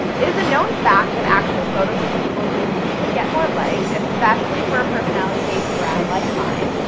it is a known fact that actual photos of people do typically get more likes, especially for a personality based brand like mine.